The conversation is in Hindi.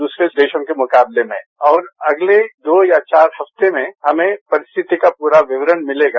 दूसरे देशों के मुकाबले में और अगले दो या चार हफ्तों में हमें परिस्थिति का पूरा विवरण मिलेगा